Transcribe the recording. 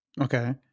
Okay